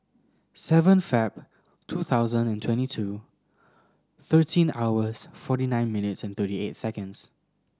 seven Feb two thousand and twenty two thirteen hours forty nine minutes and thirty eight seconds